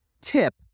tip